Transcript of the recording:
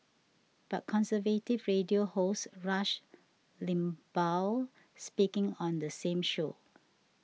but conservative radio host Rush Limbaugh speaking on the same show